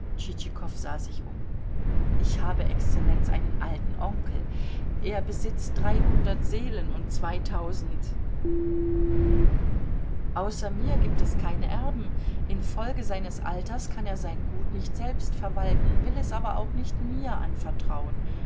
sah sich um ich habe exzellenz einen alten onkel er besitzt dreihundert seelen und zweitausend außer mir gibt es keine erben infolge seines alters kann er sein gut nicht selbst verwalten will es aber auch nicht mir anvertrauen